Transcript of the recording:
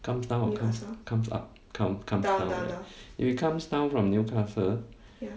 comes down uh comes comes up come comes down uh if it comes down from newcastle uh